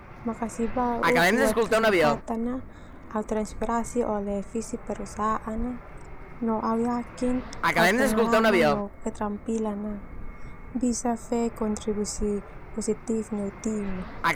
Makasih bauk buat kesempatan au terinspirasi oleh fisip perusahaan no au yakin au pengalaman no keterampilan bisa fe kontribusi positif neu tim.